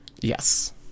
Yes